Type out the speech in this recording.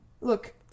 Look